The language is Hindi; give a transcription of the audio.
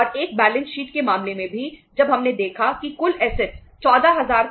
इसलिए हेजिंग थे